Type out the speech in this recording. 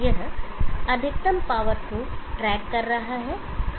यह अधिकतम पावर को ट्रैक कर रहा है